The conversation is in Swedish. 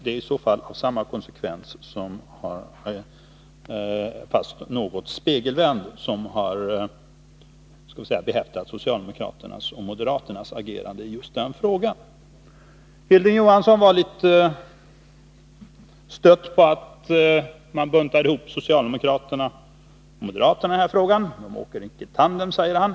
Det är i så fall samma konsekvens, fast spegelvänd, som präglar socialdemokraternas och moderaternas agerande i just den Ubåtsaffären frågan. Hilding Johansson var litet stött över att man buntade ihop socialdemokraterna och moderaterna i den här frågan. De åker inte tandem, säger han.